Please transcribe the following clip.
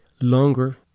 longer